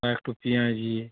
বা একটু পিঁয়াজি